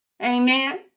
Amen